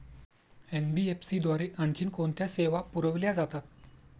NBFC द्वारे आणखी कोणत्या सेवा पुरविल्या जातात?